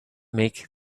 make